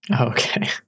Okay